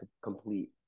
complete